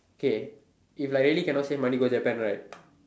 K if like really cannot save money go Japan right